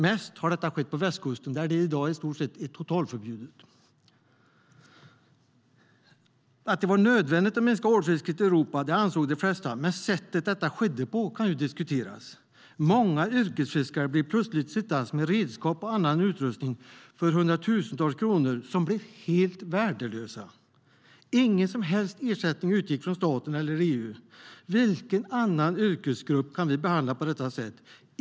Mest har detta skett på västkusten där det är i stort sett totalförbjudet i dag. De flesta ansåg att det var nödvändigt att minska ålfisket i Europa, men sättet det skedde på kan diskuteras. Många yrkesfiskare blev plötsligt sittandes med redskap och annan utrustning för hundratusentals kronor som blev helt värdelös. Ingen som helst ersättning utgick från staten eller EU. Vilken annan yrkesgrupp kan vi behandla på det sättet?